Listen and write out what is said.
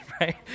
right